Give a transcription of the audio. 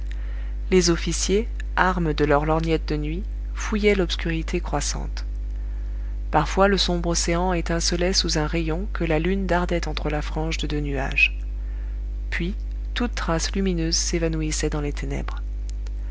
les officiers armes de leur lorgnette de nuit fouillaient l'obscurité croissante parfois le sombre océan étincelait sous un rayon que la lune dardait entre la frange de deux nuages puis toute trace lumineuse s'évanouissait dans les ténèbres